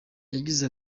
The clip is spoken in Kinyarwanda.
yagize